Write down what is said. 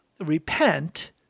repent